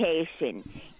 education